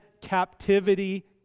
captivity